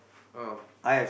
oh